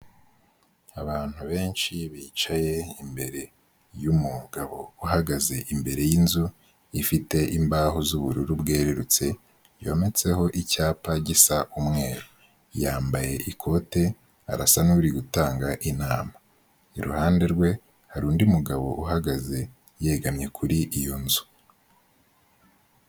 Abantu benshi bicaye imbere y'umugabo uhagaze imbere y'inzu ifite imbaho z'ubururu bwerurutse yometseho icyapa gisa umweru, yambaye ikote arasa n'uri gutanga inama, iruhande rwe hari undi mugabo uhagaze yegamye kuri iyo nzu.